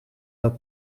dat